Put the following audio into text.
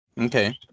Okay